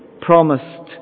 promised